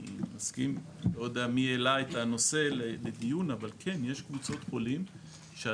אני לא יודע מי העלה את הנושא לדיון אבל כן יש קבוצות חולים שהטיפול